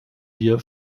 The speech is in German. wir